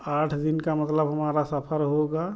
आठ दिन का मतलब हमारा सफर होगा